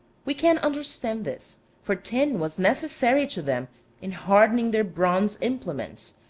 we can understand this, for tin was necessary to them in hardening their bronze implements,